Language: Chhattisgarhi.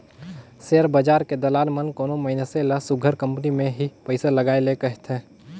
सेयर बजार के दलाल मन कोनो मइनसे ल सुग्घर कंपनी में ही पइसा लगाए ले कहथें